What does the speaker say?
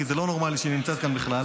כי זה לא נורמלי שהיא נמצאת כאן בכלל.